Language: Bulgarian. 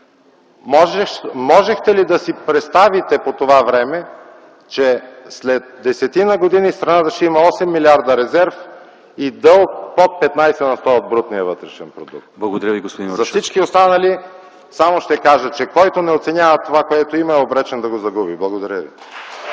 Можехте ли да си представите по това време, че след десетина години страната ще има 8 милиарда резерв и дълг под 15% на брутния вътрешен продукт?! За всички останали само ще кажа, че който не оценява това, което има, е обречен да го загуби. Благодаря ви.